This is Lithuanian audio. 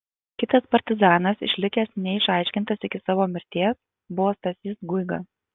kitas partizanas išlikęs neišaiškintas iki savo mirties buvo stasys guiga